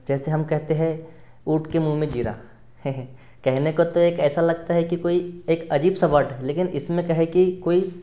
जैसे हम कहते हैं ऊँट के मुँह में जीरा कहने को तो एक ऐसा लगता है कि कोई एक अजीब सा वर्ड है लेकिन इसमें क्या है कि कोई